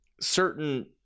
certain